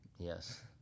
Yes